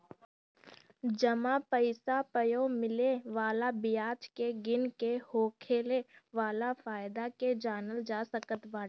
जमा पईसा पअ मिले वाला बियाज के गिन के होखे वाला फायदा के जानल जा सकत बाटे